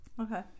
Okay